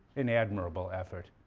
an admirable effort.